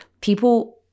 people –